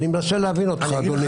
אני מנסה להבין אותך, אדוני.